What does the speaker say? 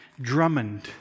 Drummond